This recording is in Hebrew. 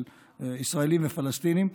של ישראלים ופלסטינים,